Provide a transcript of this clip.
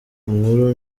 inkuru